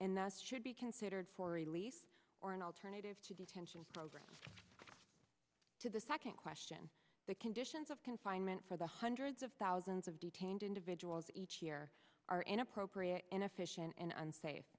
and that should be considered for release or an alternative to detention program to the second question the conditions of confinement for the hundreds of thousands of detained individuals each year are inappropriate inefficient and unsafe